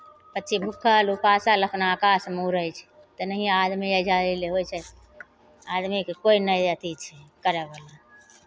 पक्षी भूखल उपासल अपना आकाशमे उड़ै छै तेनहिए आदमी एहिजऽ अयलै ओहिसँ आदमीकेँ कोइ नहि अथि छै करयवला